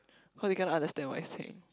cause he cannot understand what you saying